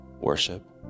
worship